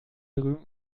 drüben